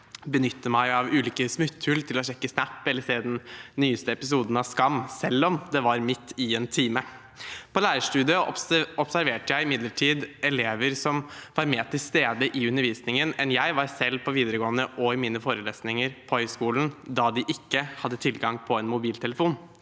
benytte meg av ulike smutthull til å sjekke snap eller se den nyeste episoden av Skam selv om det var midt i en time. På lærerstudiet observerte jeg imidlertid elever som var mer til stede i undervisningen enn jeg selv var på videregående og i mine forelesninger på høyskolen, da de ikke hadde tilgang på mobiltelefon.